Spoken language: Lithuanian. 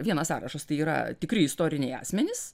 vienas sąrašas tai yra tikri istoriniai asmenys